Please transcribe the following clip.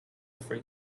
free